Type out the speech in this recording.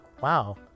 wow